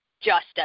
justice